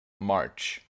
March